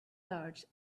large